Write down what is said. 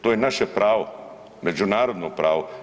To je naše pravo, međunarodno pravo.